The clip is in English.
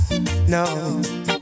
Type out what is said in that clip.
No